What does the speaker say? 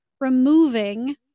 removing